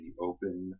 open